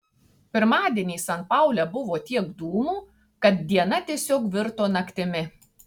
pirmadienį san paule buvo tiek dūmų kad diena tiesiog virto naktimi